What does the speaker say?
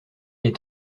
est